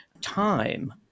time